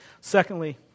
Secondly